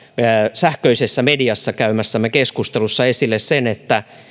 sähköisessä mediassa käymässämme keskustelussa esille sen että